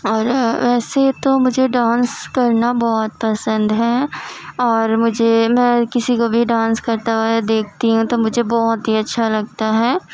اور ویسے تو مجھے ڈانس کرنا بہت پسند ہے اور مجھے میں کسی کوبھی ڈانس کرتا ہوا دیکھتی ہوں تو مجھے بہت ہی اچھا لگتا ہے